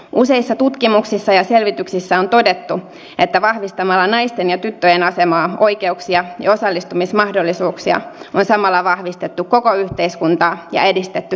useissa tutkimuksissa ja selvityksissä on todettu että vahvistamalla naisten ja tyttöjen asemaa oikeuksia ja osallistumismahdollisuuksia on samalla vahvistettu koko yhteiskuntaa ja edistetty sen kehitystä